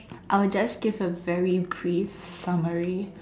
I will just give a very brief summary